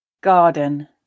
Garden